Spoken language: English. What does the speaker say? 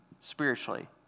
spiritually